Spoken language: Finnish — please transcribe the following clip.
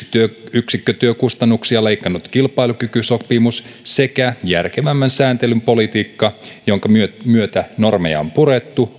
yksikkötyökustannuksia leikannut kilpailukykysopimus sekä järkevämmän sääntelyn politiikka jonka myötä myötä normeja on purettu